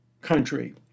country